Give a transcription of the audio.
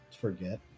forget